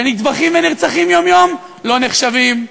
שנטבחים ונרצחים יום-יום, לא נחשבות.